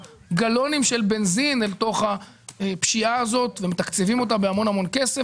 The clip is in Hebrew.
גלונים של בנזין אל תוך הפשיעה הזאת ומתקצבים אותה בהמון כסף.